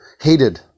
hated